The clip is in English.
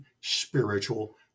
spiritual